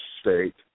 state